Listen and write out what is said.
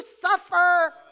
suffer